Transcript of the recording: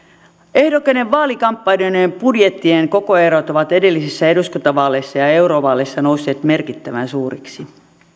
ehdokkaiden vaalikampanjoiden budjettien kokoerot ovat edellisissä eduskuntavaaleissa ja eurovaaleissa nousseet merkittävän suuriksi